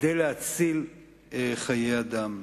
כדי להציל חיי אדם.